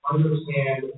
understand